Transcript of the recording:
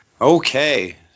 Okay